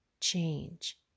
change